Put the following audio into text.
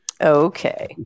Okay